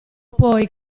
poi